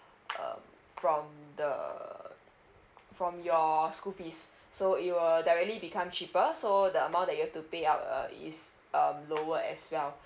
uh from the from your school fees so it will directly become cheaper so the amount that you have to pay out uh is um lower as well